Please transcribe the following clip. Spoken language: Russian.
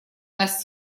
нас